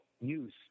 use